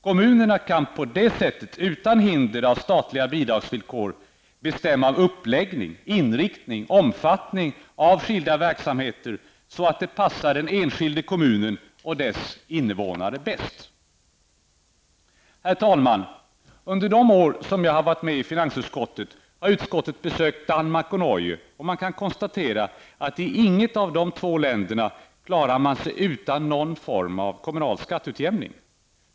Kommunerna kan på det sättet utan hinder av statliga bidragsvillkor bestämma uppläggning, inriktning och omfattning av skilda verksamheter så att det passar den enskilde kommunen och dess invånare bäst. Herr talman! Under de år som jag har suttit i finansutskottet har utskottet besökt Danmark och Norge. Man kan konstatera att man i inget av de två länderna klarar sig utan någon form av kommunal skatteutjämning.